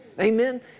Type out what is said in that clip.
Amen